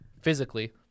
physically